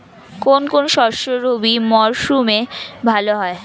কোন কোন শস্য রবি মরশুমে ভালো হয়?